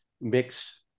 mix